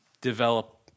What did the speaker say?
develop